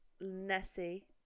Nessie